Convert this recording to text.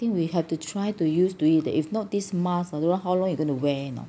I think we have to try to use to it if not this mask don't know how long you going to wear you know